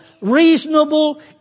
reasonable